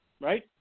right